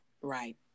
right